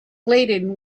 laden